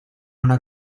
una